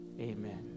amen